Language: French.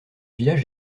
village